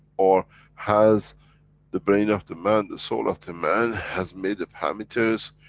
or has the brain of the man, the soul of the man, has made the parameters,